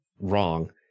wrong